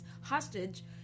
hostage